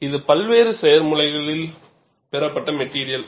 இது பல்வேறு செயல்முறைகளால் பெறப்பட்ட மெட்டிரியல்